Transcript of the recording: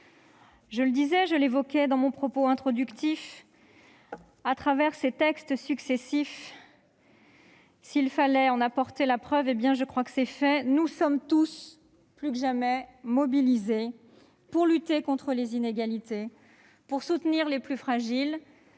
des enfants. Je l'évoquais dans mon propos introductif, à travers ces textes successifs- s'il fallait en apporter la preuve, je crois que c'est fait -, nous sommes tous plus que jamais mobilisés pour lutter contre les inégalités, pour soutenir les plus fragiles,